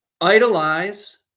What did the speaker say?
Idolize